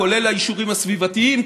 כולל האישורים הסביבתיים,